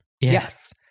Yes